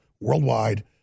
worldwide